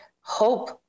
hope